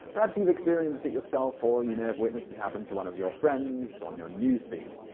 perhaps you've experienced it yourself, or you may have witnessed it happen to one of your friends on your newsfeed.